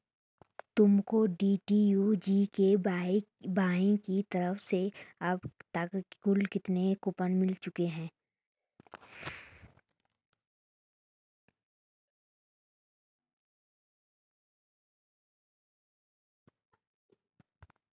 तुमको DDU GKY की तरफ से अब तक कुल कितने कूपन मिल चुके हैं?